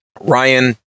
ryan